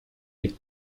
les